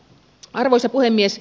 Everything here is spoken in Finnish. arvoisa puhemies